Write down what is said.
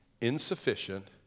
insufficient